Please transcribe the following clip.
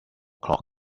clock